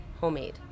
...homemade